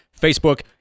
Facebook